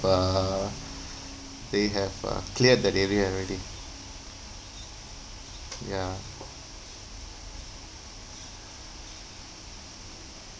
uh they have uh cleared that area already ya